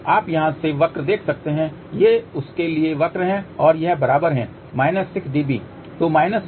आप यहां से वक्र देख सकते हैं ये उसके लिए वक्र हैं और यह बराबर है 6 dB